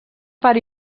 part